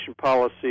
policy